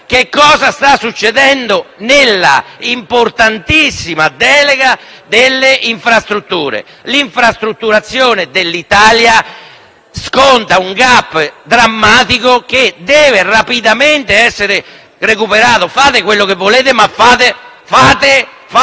Che cosa sta succedendo all'interno dell'importantissima delega delle infrastrutture? L'infrastrutturazione dell'Italia sconta un *gap* drammatico che deve rapidamente essere colmato. Fate quello che volete, ma fate